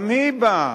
גם היא באה